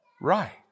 right